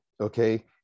okay